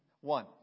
one